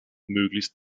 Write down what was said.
möglichst